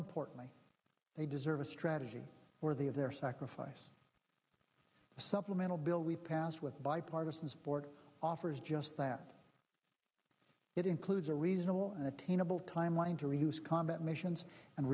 importantly they deserve a strategy for the of their sacrifice supplemental bill we passed with bipartisan support offers just that it includes a reasonable and attainable timeline to reduce combat missions and